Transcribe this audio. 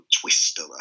twister